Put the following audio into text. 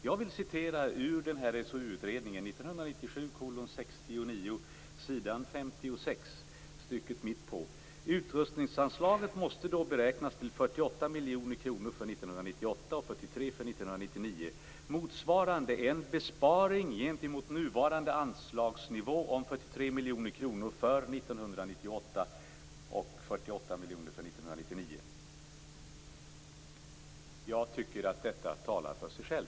Jag vill citera ur utredningen SOU 1997:69, s. 56: "Utrustningsanslaget måste då beräknas till 48 miljoner kronor för 1998 och 43 för 1999, motsvarande en 'besparing' gentemot nuvarande anslagsnivå om 43 miljoner kronor för 1998 och 48 för 1999." Jag tycker att detta talar för sig själv.